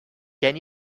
can